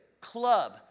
club